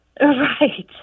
Right